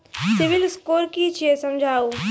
Civil score कि छियै समझाऊ?